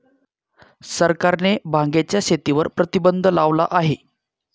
सरकारने भांगेच्या शेतीवर प्रतिबंध लावला आहे